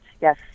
yes